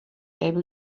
able